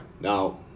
Now